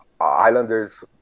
Islanders